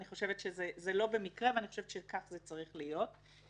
אני חושבת שזה לא במקרה ואני חושבת שכך זה צריך להיות.